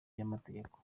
by’amategeko